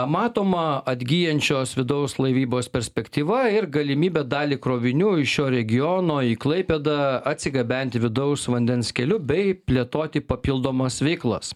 matoma atgyjančios vidaus laivybos perspektyva ir galimybė dalį krovinių iš šio regiono į klaipėdą atsigabenti vidaus vandens keliu bei plėtoti papildomas veiklas